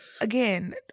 again